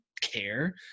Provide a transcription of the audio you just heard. care